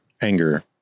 anger